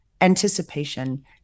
anticipation